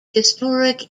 historic